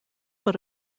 but